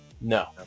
No